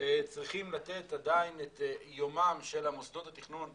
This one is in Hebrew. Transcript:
צריכים לתת את יומם של מוסדות התכנון האמורים,